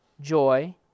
joy